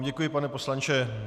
Děkuji vám, pane poslanče.